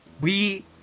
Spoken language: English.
we-